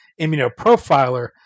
Immunoprofiler